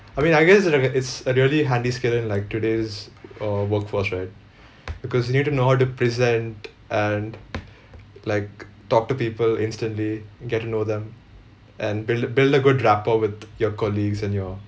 I mean I guess it's a it's a really handy skill in like today's err workforce right because you need to know how to present and like talk to people instantly get to know them and build a build a good rapport with your colleagues and your